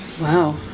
Wow